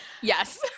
Yes